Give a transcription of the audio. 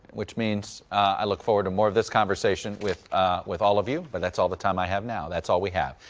which means i look forward to more of this conversation with with all of you. but that's all the time i have now. that's all we have.